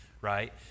Right